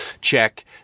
Check